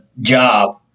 job